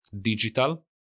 digital